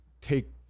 take